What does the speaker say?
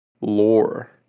lore